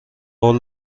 قول